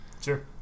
Sure